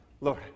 Lord